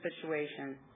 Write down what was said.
situation